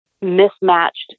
mismatched